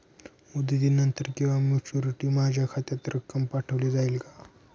मुदतीनंतर किंवा मॅच्युरिटी माझ्या खात्यात रक्कम पाठवली जाईल का?